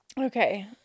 Okay